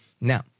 Now